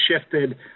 shifted